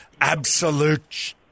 absolute